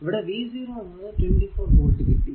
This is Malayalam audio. ഇവിടെ v 0 എന്നത് 24 വോൾട് കിട്ടി